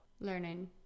learning